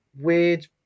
weird